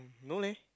no leh